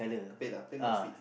pale lah pale not sweet